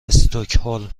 استکهلم